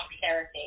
therapy